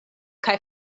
kaj